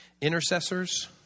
intercessors